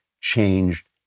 changed